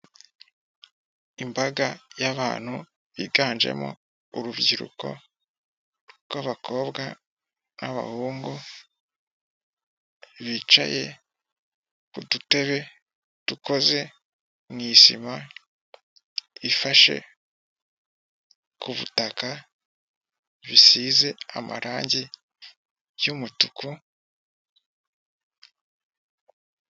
Imbaga y'abantu biganjemo urubyiruko rw'abakobwa n'abahungu, bicaye ku dutebe dukoze mu isima ifashe ku butaka, bisize amarangi y'umutuku.